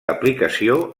aplicació